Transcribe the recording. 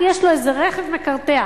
כי יש לו איזה רכב מקרטע,